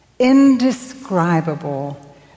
indescribable